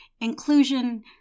inclusion